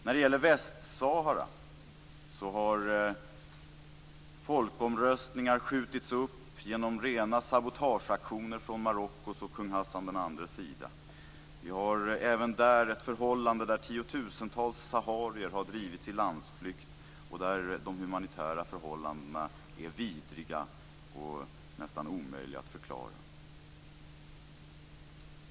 När det gäller Västsahara har folkomröstningar skjutits upp genom rena sabotageaktioner från Marockos och kung Hassan II:s sida. Vi har även där ett förhållande där tiotusentals saharier har drivits i landsflykt och där de humanitära förhållandena är vidriga och nästan omöjliga att förklara.